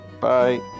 bye